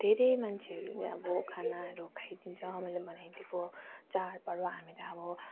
धेरै मान्छेहरूले अब खानाहरू खाइदिन्छ मैले बनाइदिएको चाडपर्व हामी त अब